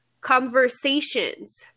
conversations